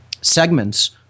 segments